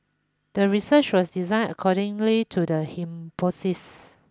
the research was designed accordingly to the hypothesis